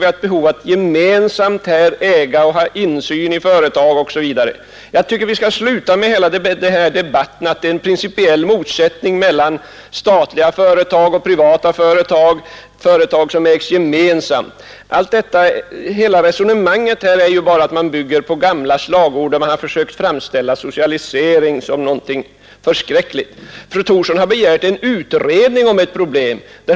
Vi har ett behov av att gemensamt äga och ha insyn i företag osv. Jag tycker att ni skall sluta med hela denna debatt om att det är en principiell motsättning mellan statliga företag, privata företag och företag som ägs gemensamt. Hela detta resonemang bygger på gamla slagord som försöker framställa socialisering som något förfärligt. Fru Thorsson har begärt en utredning om ett problem.